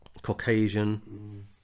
Caucasian